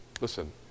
listen